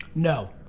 no,